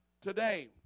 today